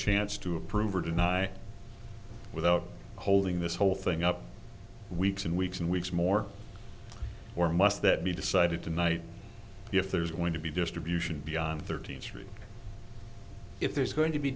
chance to approve or deny without holding this whole thing up weeks and weeks and weeks more or must that be decided tonight if there's going to be distribution beyond thirteenth street if there's going to be